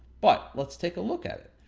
but, let's take a look at it.